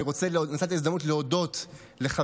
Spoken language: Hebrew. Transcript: אני רוצה לנצל את ההזדמנות להודות לחבריי,